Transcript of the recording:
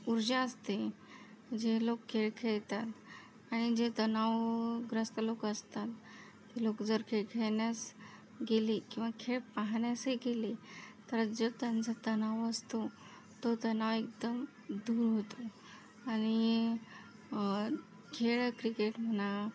उर्जा असते जे लोक खेळ खेळतात आणि जे तणावग्रस्त लोक असतात ते लोक जर खेळ खेळण्यास गेले किंवा खेळ पाहण्यासही गेले तर जो त्यांचा तणाव असतो तो त्यांना एकदम दूर होतो आणि खेळ क्रिकेट म्हणा